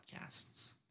podcasts